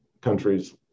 countries